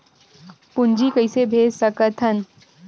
पूंजी कइसे भेज सकत हन?